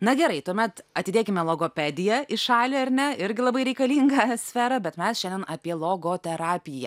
na gerai tuomet atidėkime logopediją į šalį ar ne irgi labai reikalinga sfera bet mes šiandien apie logoterapija